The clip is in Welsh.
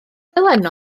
roedd